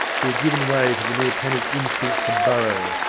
he had given way to the mere panic instinct to burrow,